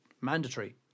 mandatory